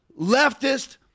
leftist